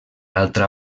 altra